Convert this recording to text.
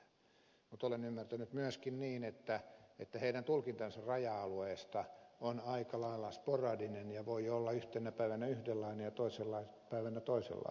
mutta olen ymmärtänyt myöskin niin että heidän tulkintansa raja alueesta on aika lailla sporadinen ja voi olla yhtenä päivänä yhdenlainen ja toisena päivänä toisenlainen